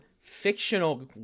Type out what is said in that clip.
fictional